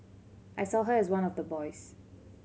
I saw her as one of the boys